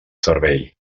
servei